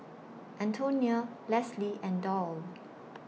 Antonina Lesly and Doll